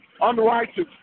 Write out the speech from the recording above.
unrighteous